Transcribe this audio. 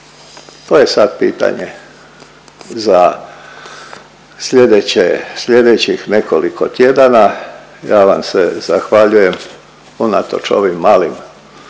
To je sad pitanje za sljedećih nekoliko tjedana. Ja vam se zahvaljujem unatoč ovim malim